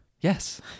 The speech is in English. Yes